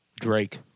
Drake